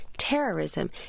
terrorism